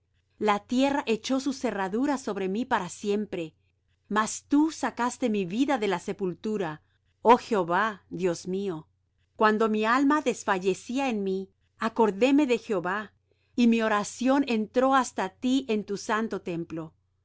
la tierra echó sus cerraduras sobre mí para siempre mas tú sacaste mi vida de la sepultura oh jehová dios mío cuando mi alma desfallecía en mí acordéme de jehová y mi oración entró hasta ti en tu santo templo